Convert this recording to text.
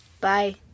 Bye